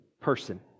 person